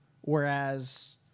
Whereas